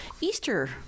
Easter